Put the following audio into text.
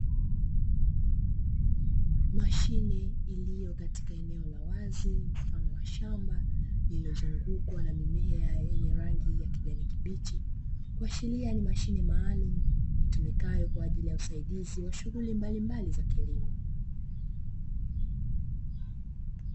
Mashine iliyo katika eneo la wazi mfano shamba iliyozungukwa na mimea yenye rangi ya kijani kibichi, kuashiria ni mashine maalum kwa ajiri ya usaidizi washughuli mbalimbali za kilimo.